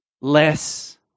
less